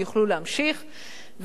ויוכלו להמשיך,